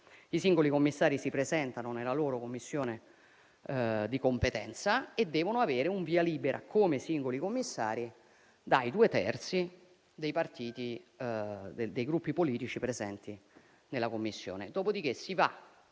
I singoli commissari si presentano nella loro Commissione di competenza e devono avere un via libera come singoli commissari dai due terzi dei Gruppi politici presenti nella Commissione. Quando tutti i